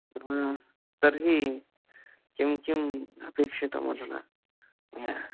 तर्हि किं किम् अपेक्षितमधुना मया